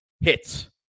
Hits